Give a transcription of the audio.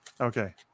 Okay